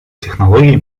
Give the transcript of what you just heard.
технологий